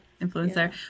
Influencer